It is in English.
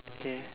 okay